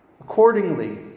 Accordingly